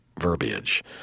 verbiage